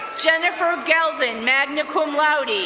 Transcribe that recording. jennifer galvin, magna cum laude,